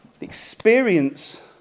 Experience